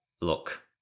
look